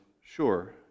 sure